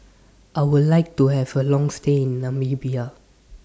I Would like to Have A Long stay in Namibia